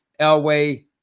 Elway